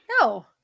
No